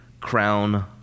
crown